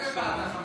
בעד החמישה?